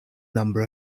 number